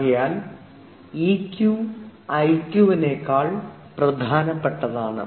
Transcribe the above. ആകയാൽ E Q I Q വിനെക്കാൾ പ്രധാനപ്പെട്ടതാണ്